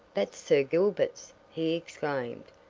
that's sir gilbert's! he exclaimed.